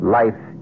life